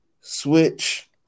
Switch